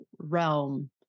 realm